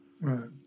Right